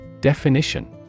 Definition